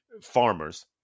farmers